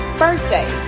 birthday